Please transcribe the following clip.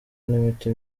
n’imiti